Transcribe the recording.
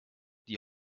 die